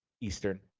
Eastern